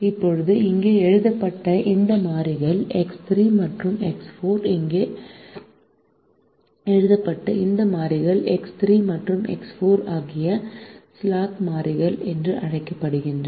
இப்போது இங்கே எழுதப்பட்ட இந்த மாறிகள் X3 மற்றும் X4 இங்கே எழுதப்பட்ட இந்த மாறிகள் X3 மற்றும் X4 ஆகியவை ஸ்லாக் மாறிகள் என்று அழைக்கப்படுகின்றன